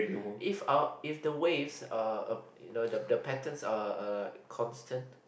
if our if the waves are a~ you know th~ the patterns are are like constant